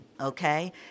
okay